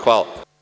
Hvala.